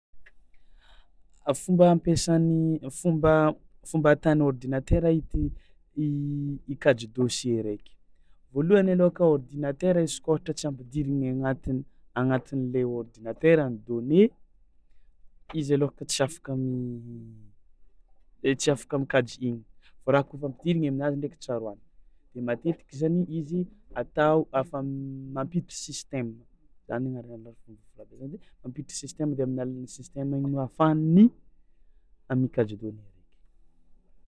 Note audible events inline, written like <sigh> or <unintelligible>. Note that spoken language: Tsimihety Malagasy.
A fomba ampiasany fomba fomba atan'ny ôrdinatera ite- i- ikajy dosie raiky: voalohany alôhaka ôrdinatera izy koa ôhatra tsy ampidirigny agnatin'ny agnatin'le ôrdinatera ny données, izy alôhaka tsy afaka mi- e- tsy afaka mikajy igny fao raha kaofa ampidirigny aminazy ndraiky tsaraoany de matetiky zany izy atao afa mampiditry sistema zany ny agnaran'ny <unintelligible> rahabe zany de mampiditry sistema de amin'ny alalan'ny sistema igny no afahafan'ny a mikajy données araiky.